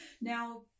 Now